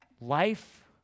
life